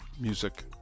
music